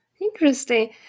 Interesting